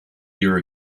year